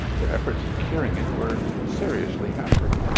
their efforts at curing it were seriously hampered.